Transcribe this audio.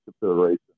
consideration